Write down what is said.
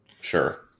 Sure